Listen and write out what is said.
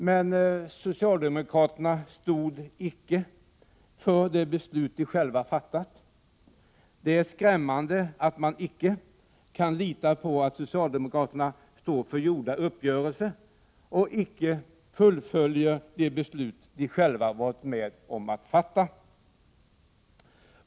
Men socialdemokraterna stod icke för det beslut de själva fattat. Det är skrämmande att man icke kan lita på att socialdemokraterna står för gjorda uppgörelser och icke fullföljer de beslut de själva varit med om att fatta.